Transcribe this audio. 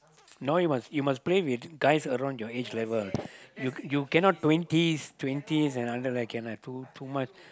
no you must you must play with guys around your age level you you cannot twenties twenties and under like cannot too much